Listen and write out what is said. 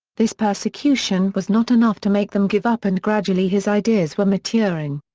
this persecution was not enough to make them give up and gradually his ideas were maturing.